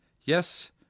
Yes